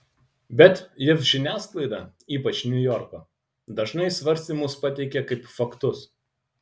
bet jav žiniasklaida ypač niujorko dažnai svarstymus pateikia kaip faktus